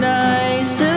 nice